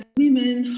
women